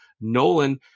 Nolan